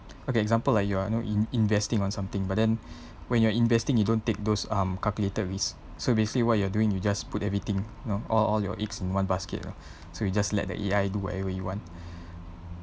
okay example like you are you know in investing on something but then when you're investing you don't take those um calculated risk so basically what you're doing you just put everything know all all your eggs in one basket lah so you just let the A_I do whatever he want